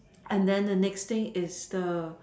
and then the next thing is the